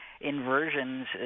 inversions